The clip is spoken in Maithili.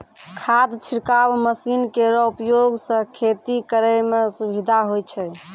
खाद छिड़काव मसीन केरो उपयोग सँ खेती करै म सुबिधा होय छै